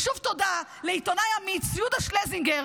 שוב תודה לעיתונאי אמיץ, יהודה שלזינגר.